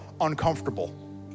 Uncomfortable